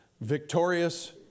victorious